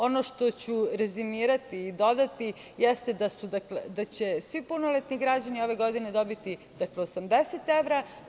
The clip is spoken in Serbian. Ono što ću rezimirati i dodati, jeste da će svi punoletni građani ove godine dobiti 80 evra.